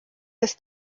des